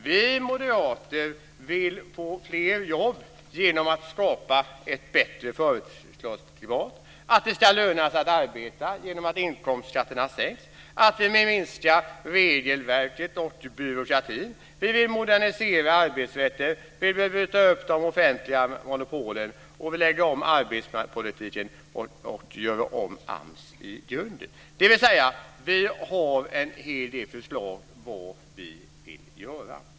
Vi moderater vill få fler jobb genom att skapa ett bättre företagsklimat, att det ska löna sig att arbeta genom att inkomstskatterna sänks och att vi minskar regelverket och byråkratin. Vi vill modernisera arbetsrätten. Vi vill bryta upp de offentliga monopolen, lägga om arbetsmarknadspolitiken och göra om AMS i grunden. Vi har alltså en hel del förslag om vad vi vill göra.